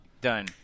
Done